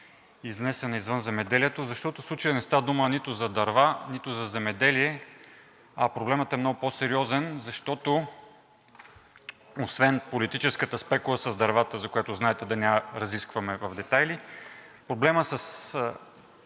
изнесена извън Земеделието. Защото в случая не става дума нито за дърва, нито за земеделие – проблемът е много по-сериозен, защото освен политическата спекула с дървата, за която знаете, да не я разискваме в детайли, проблемът с